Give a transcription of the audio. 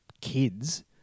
kids